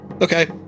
okay